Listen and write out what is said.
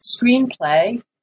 screenplay